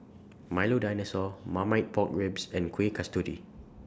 Milo Dinosaur Marmite Pork Ribs and Kuih Kasturi